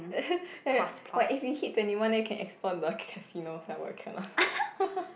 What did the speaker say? eh but if we hit twenty one then we can explore the casino sia but cannot